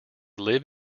live